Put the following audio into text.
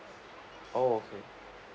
oh okay